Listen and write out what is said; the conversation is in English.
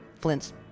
Flint's